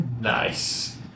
Nice